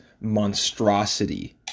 monstrosity